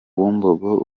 bumbogo